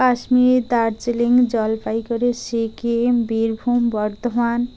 Kashmir Darjeeling Jalpaiguri Sikkim Birbhum Bardhaman